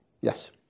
Yes